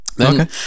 Okay